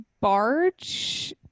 barge